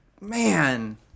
man